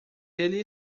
ele